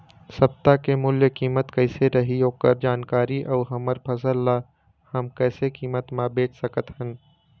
सप्ता के मूल्य कीमत कैसे रही ओकर जानकारी अऊ हमर फसल ला हम कैसे कीमत मा बेच सकत हन?